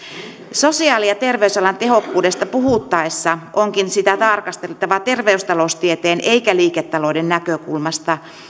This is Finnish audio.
sosiaali ja terveysalan tehokkuudesta puhuttaessa onkin sitä tarkasteltava terveystaloustieteen eikä liiketalouden näkökulmasta